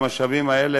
במשאבים האלה,